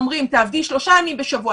אומרים "תעבדי שלושה ימים בשבוע,